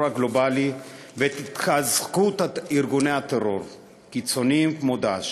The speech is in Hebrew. הגלובלי ואת התחזקות ארגוני טרור קיצוניים כמו "דאעש".